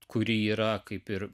kuri yra kaip ir